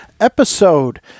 episode